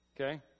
Okay